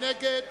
מי נגד?